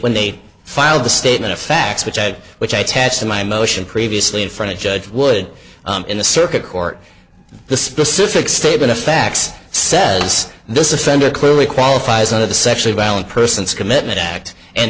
when they filed the statement of facts which i did which i attached in my motion previously in front of judge wood in the circuit court the specific statement of facts says this offender clearly qualifies under the sexually violent persons commitment act and